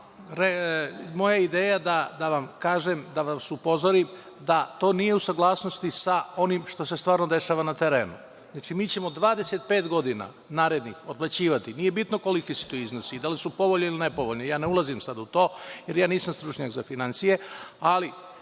Moja ideja je da vam kažem, da vas upozorim, da to nije u saglasnosti sa onim što se stvarno dešava na terenu. Mi ćemo 25 godina narednih otplaćivati, nije bitno koliki su iznosi, i da li su povoljni ili nepovoljni, ja ne ulazim sada u to, jer ja nisam stručnjak za finansije, ali